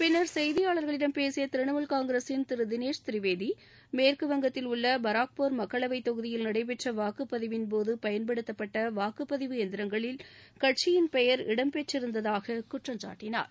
பின்னர் ப் செய்தியாளர்களிடம் பேசிய திரிணாமுல் காங்கிரசின் திரு தினேஷ் திரிவேதி மேற்குவங்கத்தில் உள்ள பராக்போர் மக்களவைத் தொகுதியில் நடைபெற்ற வாக்குப் பதிவின்போது பயன்படுத்தப்பட்ட வாக்குப் பதிவு எந்திரங்களில் கட்சியின் பெயர் இடம் பெற்றிருந்ததாக குற்றம் சாட்டினார்